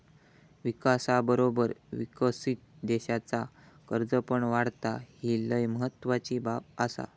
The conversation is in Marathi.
विकासाबरोबर विकसित देशाचा कर्ज पण वाढता, ही लय महत्वाची बाब आसा